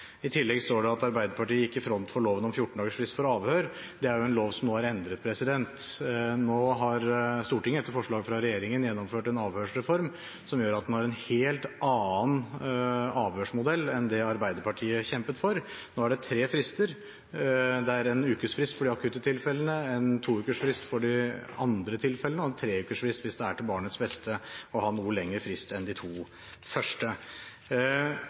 I tillegg står det at Arbeiderpartiet gikk i front for loven om 14 dagers frist for avhør. Det er jo en lov som nå er endret. Nå har Stortinget etter forslag fra regjeringen gjennomført en avhørsreform som gjør at man har en helt annen avhørsmodell enn det Arbeiderpartiet kjempet for. Nå er det tre frister. Det er en ukes frist for de akutte tilfellene, en to ukers frist for de andre tilfellene og tre ukers frist hvis det er til barnets beste å ha en noe lengre frist enn de to første.